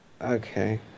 Okay